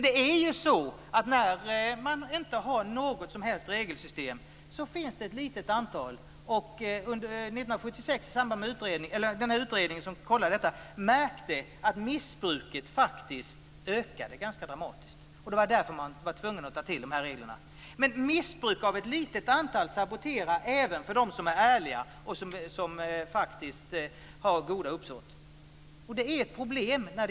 Den utredning som arbetade under 1976 märkte att när det inte finns något regelsystem ökar missbruket dramatiskt. Det var därför man var tvungen att ta till reglerna. Men även missbruk av ett litet antal saboterar för dem som är ärliga och som faktiskt har goda uppsåt. Detta är ett problem.